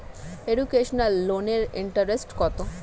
Educational লোনের interest কত?